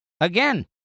Again